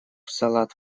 салат